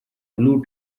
blue